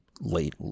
late